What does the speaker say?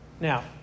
Now